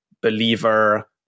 Believer